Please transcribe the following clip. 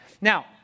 Now